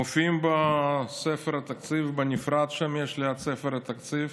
מופיע בספר התקציב, בנפרד, ליד ספר התקציב,